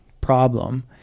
problem